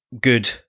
good